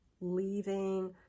leaving